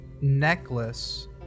necklace